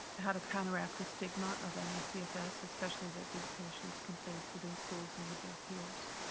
how to counteract the stigma of me cfs, especially that these patients can face within schools and with their peers.